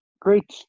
Great